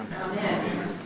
Amen